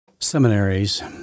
seminaries